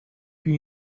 più